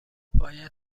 باید